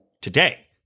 today